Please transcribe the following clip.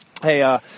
Hey